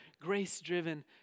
grace-driven